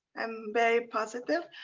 i'm very positive.